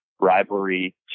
rivalry